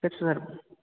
ঠিক আছে স্যার